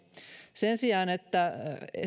sen sijaan että